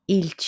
il